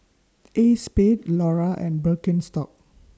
ACEXSPADE Iora and Birkenstock